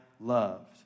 loved